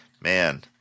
man